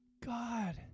God